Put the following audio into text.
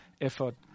effort